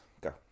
go